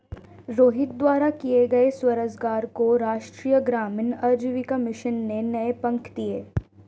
रोहित द्वारा किए गए स्वरोजगार को राष्ट्रीय ग्रामीण आजीविका मिशन ने नए पंख दिए